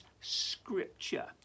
Scripture